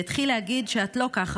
והתחיל להגיד: את לא ככה,